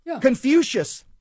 Confucius